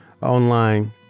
online